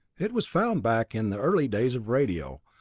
it was found back in the early days of radio,